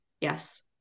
Yes